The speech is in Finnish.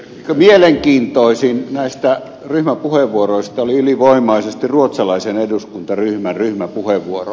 mielenkiintoisin näistä ryhmäpuheenvuoroista oli ylivoimaisesti ruot salaisen eduskuntaryhmän ryhmäpuheenvuoro